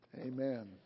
Amen